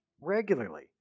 Regularly